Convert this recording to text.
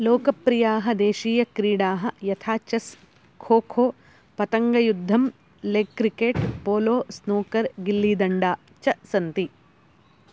लोकप्रियाः देशीयक्रीडाः यथा चेस् खोखो पतङ्गयुद्धं leg cricket polo snooker gilli danda च सन्ति